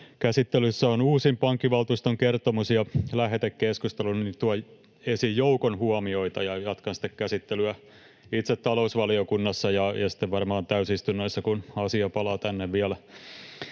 käsittelyssä on uusin pankkivaltuuston kertomus ja lähetekeskustelu, tuon esiin joukon huomioita ja jatkan sitten käsittelyä itse talousvaliokunnassa ja sitten varmaan täysistunnoissa, kun asia palaa tänne vielä.